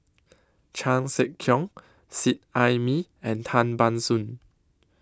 Chan Sek Keong Seet Ai Mee and Tan Ban Soon